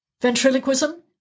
Ventriloquism